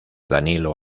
danilo